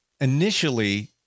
initially